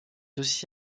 aussi